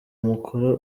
mukora